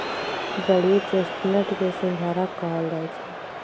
जलीय चेस्टनट के सिंघारा कहल जाई छई